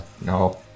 No